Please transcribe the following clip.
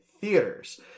theaters